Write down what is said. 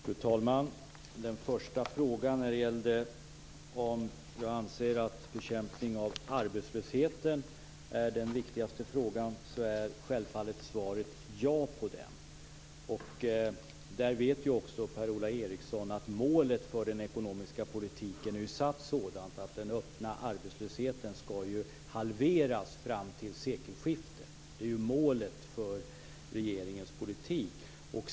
Fru talman! Per-Ola Eriksson frågade om jag anser att bekämpandet av arbetslösheten är den viktigaste frågan. Svaret är självfallet ja. Som Per-Ola Eriksson vet är målet för den ekonomiska politiken att den öppna arbetslösheten skall halveras fram till sekelskiftet. Det är målet för regeringens politik.